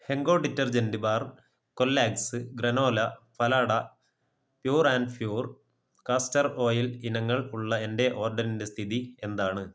Henko detergent bar Kellogg's granola Phalada pure and sure castor oil ഇനങ്ങൾ ഉള്ള എന്റെ ഓർഡറിന്റെ സ്ഥിതി എന്താണ്